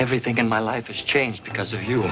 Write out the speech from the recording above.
everything in my life has changed because of you